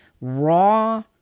raw